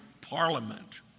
Parliament